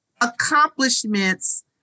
accomplishments